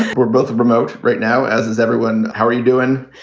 we're both promote right now, as is everyone. how are you doing?